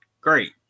great